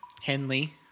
Henley